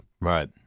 Right